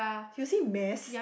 you say mass